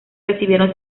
recibieron